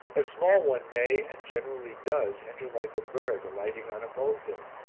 a small one may, and generally does, enter like a bird alighting on a molehill,